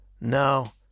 No